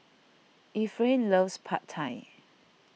Efrain loves Pad Thai